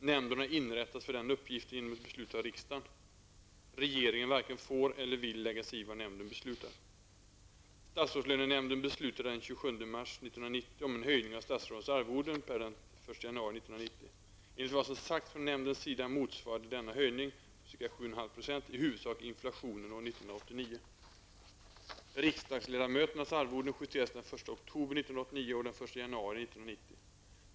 Nämnden har inrättats för den uppgiften genom ett beslut av riksdagen. Regeringen varken får eller vill lägga sig i vad nämnden beslutar. 1990. Enligt vad som sagts från nämndens sida motsvarade denna höjning på ca 7,5 % i huvudsak inflationen år 1989. oktober 1989 och den 1 januari 1990.